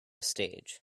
stage